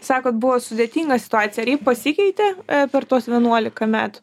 sakot buvo sudėtinga situacija ar ji pasikeitė per tuos vienuolika metų